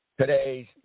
today's